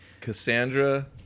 Cassandra